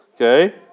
Okay